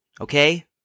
Okay